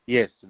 Yes